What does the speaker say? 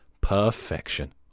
Perfection